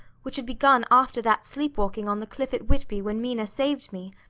which had begun after that sleep-walking on the cliff at whitby when mina saved me,